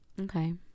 Okay